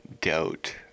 doubt